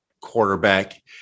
quarterback